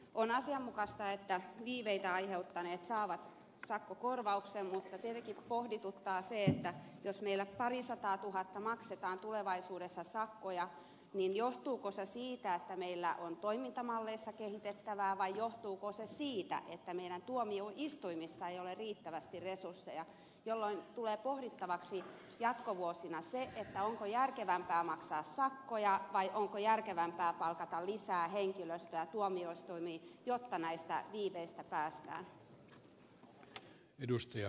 on asianmukaista että viiveitä aiheuttaneet saavat sakkokorvauksen mutta tietenkin pohdituttaa se että jos meillä parisataatuhatta maksetaan tulevaisuudessa sakkoja niin johtuuko se siitä että meillä on toimintamalleissa kehitettävää vai johtuuko se siitä että meidän tuomioistuimissamme ei ole riittävästi resursseja jolloin tulee pohdittavaksi jatkovuosina se onko järkevämpää maksaa sakkoja vai onko järkevämpää palkata lisää henkilöstöä tuomioistuimiin jotta näistä viiveistä päästään